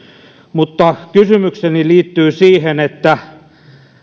mutta kysymykseni liittyy siihen että